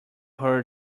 heard